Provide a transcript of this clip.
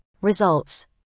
results